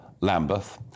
Lambeth